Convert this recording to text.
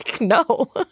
no